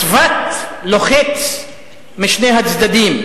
הצבת לוחצת משני הצדדים,